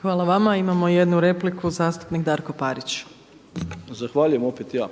Hvala vama. Imamo jednu repliku zastupnik Darko Parić. **Parić, Darko (SDP)** Zahvaljujem, opet ja.